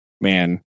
man